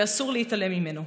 ואסור להתעלם ממנו.